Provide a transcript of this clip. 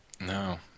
No